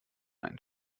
einen